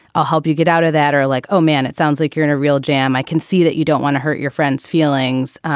i'll help you get out of that. are like, oh, man, it sounds like you're in a real jam. i can see that you don't want to hurt your friends feelings.